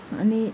अनि